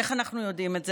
איך אנחנו יודעים את זה?